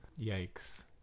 Yikes